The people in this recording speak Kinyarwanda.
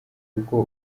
kuko